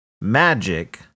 Magic